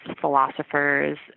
philosophers